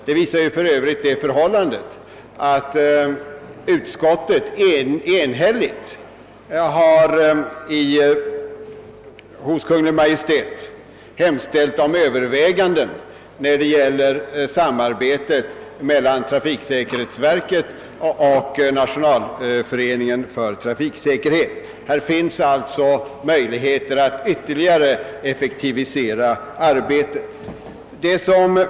Det visar för övrigt det förhållandet att utskottet: enhälligt hos Kungl. Maj:t har hemställt om överväganden beträffande samarbetet: mellan trafiksäkerhetsverket och Nationalföreningen för trafiksäkerhetens främjande. Det finns alltså möjligheter att ytterligare effektivisera arbetet.